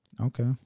okay